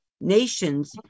nations